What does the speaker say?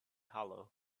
hollow